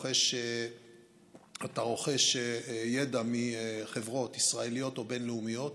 אתה רוכש ידע מחברות ישראליות או בין-לאומיות